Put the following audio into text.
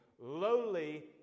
lowly